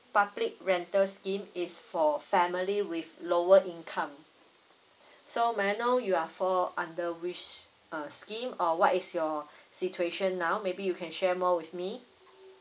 public rental scheme is for family with lower income so may I know you're fall under which err scheme or what is your situation now maybe you can share more with me